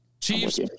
Chiefs